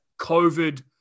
COVID